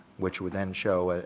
which would then show,